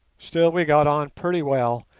still we got on pretty well,